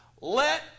let